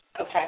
Okay